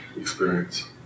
experience